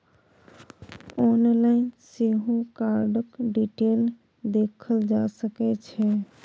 online सेहो कार्डक detail देखल जा सकै छै